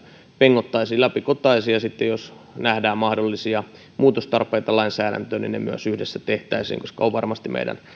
pengottaisiin läpikotaisin ja sitten jos nähdään mahdollisia muutostarpeita lainsäädäntöön ne myös yhdessä tehtäisiin koska on varmasti meidän